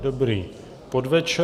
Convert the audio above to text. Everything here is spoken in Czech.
Dobrý podvečer.